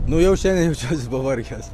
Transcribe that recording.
nu jau šiandien jaučiuosi pavargęs